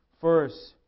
First